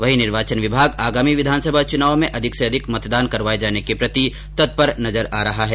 वहीं निर्वाचन विभाग आगामी विधानसभा चुनाव में अधिक से अधिक मतदान करवाए जाने के प्रति तत्पर नजर आ रहा है